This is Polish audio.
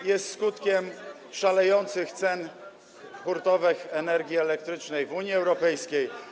i jest skutkiem szalejących cen hurtowych energii elektrycznej w Unii Europejskiej.